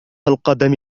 القدم